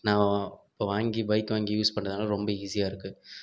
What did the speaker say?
நான் வ இப்போ வாங்கி பைக் வாங்கி யூஸ் பண்ணுறதால ரொம்ப ஈஸியாருக்கு